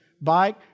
bike